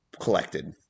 collected